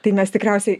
tai mes tikriausiai